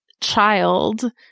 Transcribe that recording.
child